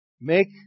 Make